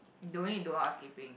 the way you do housekeeping